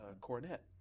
cornet